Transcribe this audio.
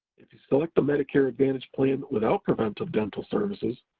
if you select a medicare advantage plan without preventive dental services,